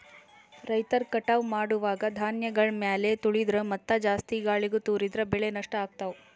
ರೈತರ್ ಕಟಾವ್ ಮಾಡುವಾಗ್ ಧಾನ್ಯಗಳ್ ಮ್ಯಾಲ್ ತುಳಿದ್ರ ಮತ್ತಾ ಜಾಸ್ತಿ ಗಾಳಿಗ್ ತೂರಿದ್ರ ಬೆಳೆ ನಷ್ಟ್ ಆಗ್ತವಾ